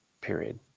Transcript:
period